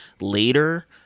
later